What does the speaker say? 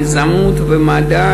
ביזמות ומדע,